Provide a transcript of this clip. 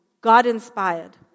God-inspired